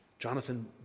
Jonathan